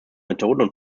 methoden